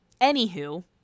Anywho